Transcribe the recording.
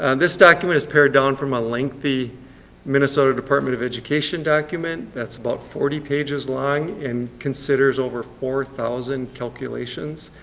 and this document is pared down from a lengthy minnesota department of education document that's about forty pages long and considers over four thousand calculations.